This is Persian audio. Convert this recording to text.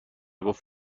گفت